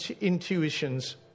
intuitions